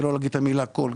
שלא להגיד את המילה כל,